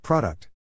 Product